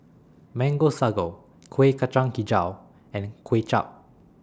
Mango Sago Kueh Kacang Hijau and Kway Chap